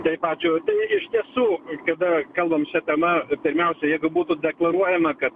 taip ačiū iš tiesų kada kalbam šia tema pirmiausia jeigu būtų deklaruojama kad